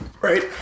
Right